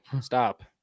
stop